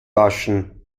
waschen